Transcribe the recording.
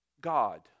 God